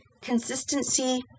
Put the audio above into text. consistency